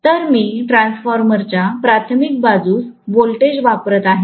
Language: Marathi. तर मी ट्रान्सफॉर्मरच्या प्राथमिक बाजूस व्होल्टेज वापरत आहे